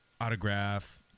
autograph